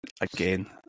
Again